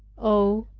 oh,